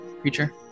creature